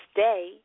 Stay